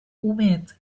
omens